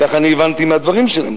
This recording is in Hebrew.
כך אני הבנתי מהדברים שלהם.